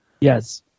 Yes